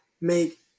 make